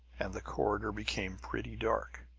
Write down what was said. and the corridor became pretty dark.